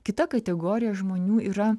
kita kategorija žmonių yra